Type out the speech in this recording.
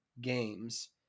games